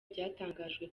byatangajwe